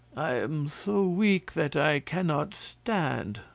i am so weak that i cannot stand,